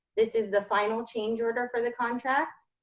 this is the final change order for the contract.